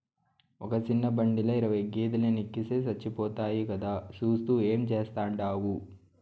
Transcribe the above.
ఒక సిన్న బండిల ఇరవై గేదేలెనెక్కిస్తే సచ్చిపోతాయి కదా, సూత్తూ ఏం చేస్తాండావు